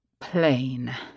plain